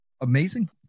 amazing